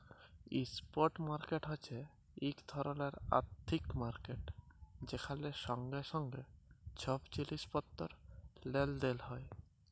spot market হছে ইক ধরলের আথ্থিক মার্কেট যেখালে সঙ্গে সঙ্গে ছব জিলিস পত্তর লেলদেল হ্যয়